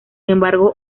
embargo